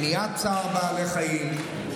מניעת צער בעלי חיים,